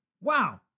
Wow